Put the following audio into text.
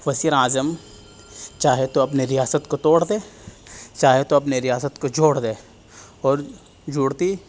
وزیر اعظم چاہے تو اپنے ریاست کو توڑ دے چاہے تو اپنے ریاست کو جوڑ دے اور جڑتی